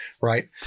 right